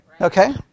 Okay